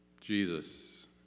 Jesus